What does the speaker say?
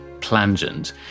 plangent